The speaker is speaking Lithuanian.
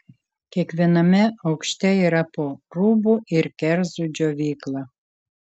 kiekviename aukšte yra po rūbų ir kerzų džiovyklą